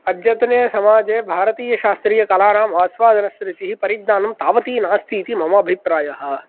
अद्यतने समाजे भारतीय शास्त्रीयकलानां आस्वदनस्य रुचिः परिज्ञानं तावती नास्ति इति मम अभिप्रायः